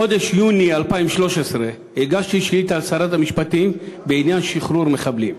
בחודש יוני 2013 הגשתי שאילתה לשרת המשפטים בעניין שחרור מחבלים.